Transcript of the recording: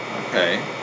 Okay